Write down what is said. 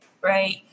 right